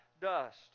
dust